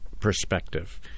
perspective